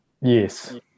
Yes